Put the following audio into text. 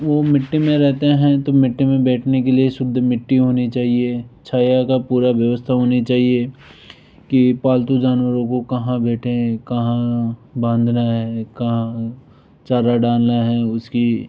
वो मिट्टी में रहते हैं तो मिट्टी में बैठने के लिए शुद्ध मिट्टी होनी चाहिए छाया का पूरा व्यवस्था होनी चाहिए की पालतू जानवरों को कहाँ बैठे कहाँ बांधना है कहाँ चारा डालना है इसकी